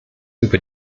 über